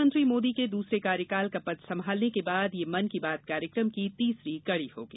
प्रधानमंत्री मोदी के दूसरे कॉर्यकाल का पद संभालने के बाद यह मन की बात कार्यक्रम की तीसरी कड़ी होगी